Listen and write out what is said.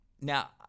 now